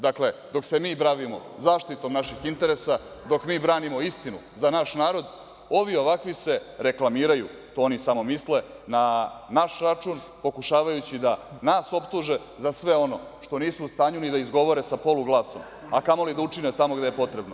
Dakle, dok se mi bavimo zaštitom naših interesa, dok mi branimo istinu za naš narod, ovi i ovakvi se reklamiraju, to oni samo misle, na naš račun, pokušavajući da nas optuže za sve ono što nisu u stanju ni da izgovore sa poluglasom, a kamoli da učine tamo gde je potrebno.